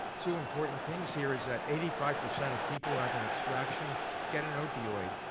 two important things here is that eighty five percent of people who have an extraction get an opioid.